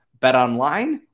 BetOnline